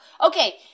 Okay